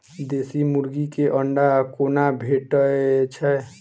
देसी मुर्गी केँ अंडा कोना भेटय छै?